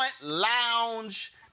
Lounge